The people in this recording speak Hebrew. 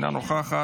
אינה נוכחת,